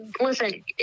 listen